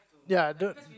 ya don't